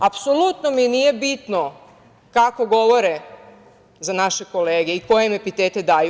Apsolutno mi nije bitno kako govore za naše kolege i koje im epitete daju.